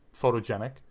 photogenic